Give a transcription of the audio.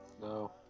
No